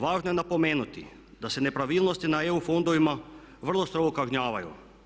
Važno je napomenuti da se nepravilnosti na EU fondovima vrlo strogo kažnjavaju.